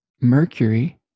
Mercury